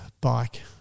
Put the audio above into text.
bike –